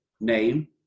name